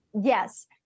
Yes